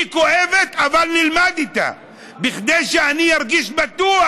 היא כואבת, אבל נלמד אותה כדי שאני ארגיש בטוח.